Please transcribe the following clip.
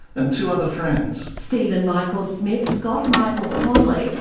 and two other friends. steven michael smith, scott michael conley,